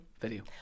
Video